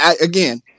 again